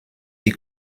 die